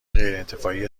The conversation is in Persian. غیرانتفاعی